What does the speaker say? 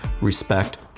respect